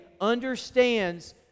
understands